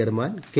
chairman K